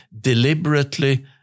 deliberately